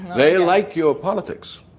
they like your politics.